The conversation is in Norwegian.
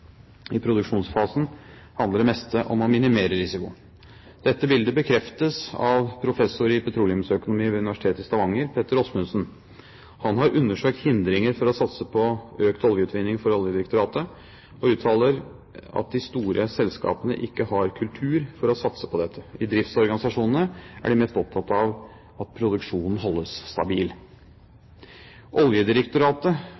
I produksjonsfasen handler det meste om å minimere risiko. Dette bildet bekreftes av professor i petroleumsøkonomi ved Universitetet i Stavanger, Petter Osmundsen. Han har undersøkt hindringer for å satse på økt oljeutvinning for Oljedirektoratet, og uttaler at de store selskapene ikke har «kultur for å satse på dette». I driftsorganisasjonene er de mest opptatt av at produksjonen holdes